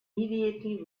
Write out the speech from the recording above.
immediately